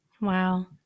wow